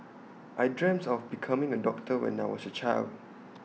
I dreamt of becoming A doctor when I was A child